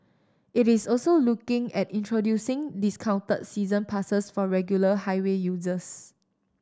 it is also looking at introducing discounted season passes for regular highway users